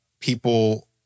people